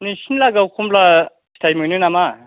नोंसोरनि लागोआव खमला फिथाइ मोनो नामा